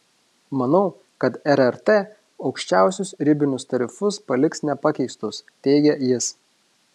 manau kad rrt aukščiausius ribinius tarifus paliks nepakeistus teigia jis